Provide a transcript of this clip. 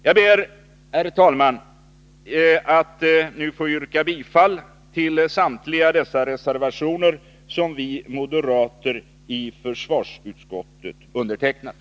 Jag ber, herr talman, att nu få yrka bifall till samtliga dessa reservationer som vi moderater i försvarsutskottet undertecknat.